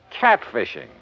Catfishing